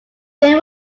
finn